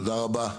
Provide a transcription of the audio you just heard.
תודה רבה.